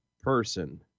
person